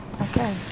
Okay